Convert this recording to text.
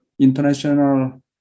International